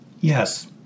Yes